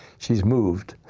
she's moved.